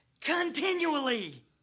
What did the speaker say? continually